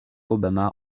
obama